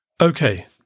Okay